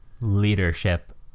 leadership